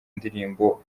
ndirimbo